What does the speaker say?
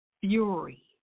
fury